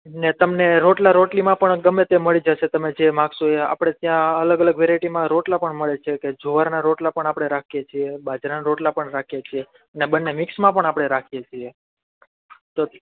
ને તમને રોટલા રોટલીમાં પણ ગમે તેમ મળી જશે તમે જે માંગસૉ એ આપડે ત્યાં અલગ અલગ વેરાયટીમાં રોટલા પણ મળે છે જુવારના રોટલા પણ આપડે રાખીએ છીએ બાજરાના રોટલા પણ રાખીએ છીએ ને બને મિક્સમાં પણ આપડે રાખીએ છીએ તો